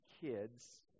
kids